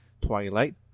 Twilight